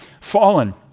Fallen